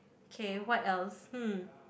okay what else